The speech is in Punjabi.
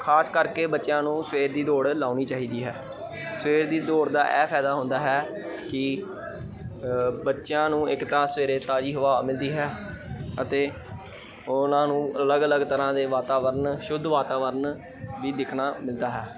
ਖਾਸ ਕਰਕੇ ਬੱਚਿਆਂ ਨੂੰ ਸਵੇਰ ਦੀ ਦੌੜ ਲਾਉਣੀ ਚਾਹੀਦੀ ਹੈ ਸਵੇਰ ਦੀ ਦੌੜ ਦਾ ਇਹ ਫਾਇਦਾ ਹੁੰਦਾ ਹੈ ਕਿ ਬੱਚਿਆਂ ਨੂੰ ਇੱਕ ਤਾਂ ਸਵੇਰੇ ਤਾਜ਼ੀ ਹਵਾ ਮਿਲਦੀ ਹੈ ਅਤੇ ਉਹਨਾਂ ਨੂੰ ਅਲੱਗ ਅਲੱਗ ਤਰ੍ਹਾਂ ਦੇ ਵਾਤਾਵਰਨ ਸ਼ੁੱਧ ਵਾਤਾਵਰਨ ਵੀ ਦਿਖਣਾ ਮਿਲਦਾ ਹੈ